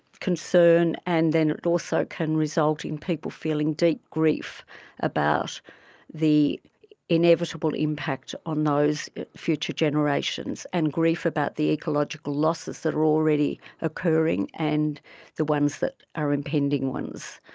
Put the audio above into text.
concern and then it also can result in people feeling deep grief about the inevitable impact on those future generations and grief about the ecological losses that are already occurring and the ones that are impending ones.